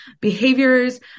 behaviors